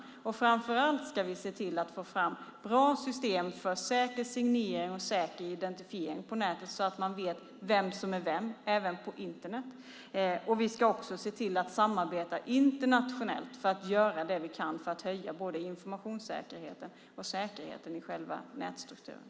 Vi ska framför allt se till att få fram bra system för säker signering och identifiering på nätet så att man vet vem som är vem även på Internet. Vi ska också se till att samarbeta internationellt för att göra vad vi kan för att öka informationssäkerheten och säkerheten i nätstrukturen.